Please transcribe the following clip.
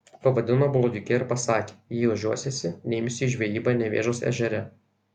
pavadino blogiuke ir pasakė jei ožiuosiesi neimsiu į žvejybą nevėžos ežere